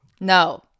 No